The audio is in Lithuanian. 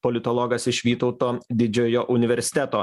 politologas iš vytauto didžiojo universiteto